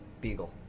Beagle